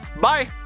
Bye